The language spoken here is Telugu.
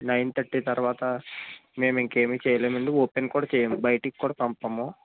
నైన్ థర్టీ తర్వాత మేము ఇంకేమీ చేయలేమండి ఓపెన్ కూడా చేయము బయటికి కూడా పంపము